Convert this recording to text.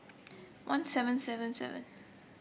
one seven seven seven